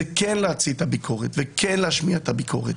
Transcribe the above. זה כן להוציא את הביקורת וכן להשמיע את הביקורת.